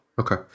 Okay